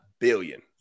billion